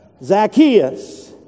Zacchaeus